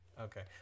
Okay